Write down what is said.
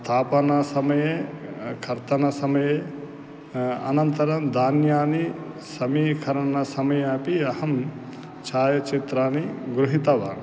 स्थापनासमये कर्तनसमये अनन्तरं धान्यानि समीकरणसमये अपि अहं छायाचित्राणि गृहितवान्